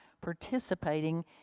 participating